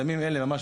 בימים אלה ממש,